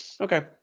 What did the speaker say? Okay